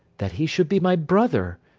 that he should be my brother,